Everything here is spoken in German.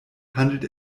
handelt